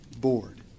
Board